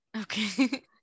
okay